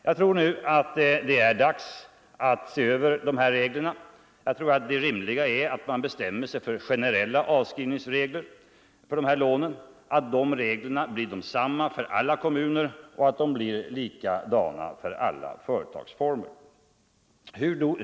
Jag anser att det nu är dags att se över de här reglerna. Jag tror att det rimligaste är att bestämma sig för generella avskrivningsregler för lånen som blir desamma för alla kommuner och alla företagsformer.